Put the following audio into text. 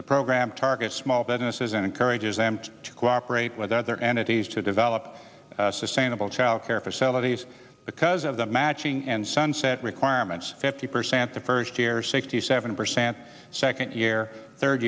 the program targets small businesses and encourages them to cooperate with other entities to develop sustainable child care facilities because of the matching and sunset requirements fifty percent the first year sixty seven percent second year third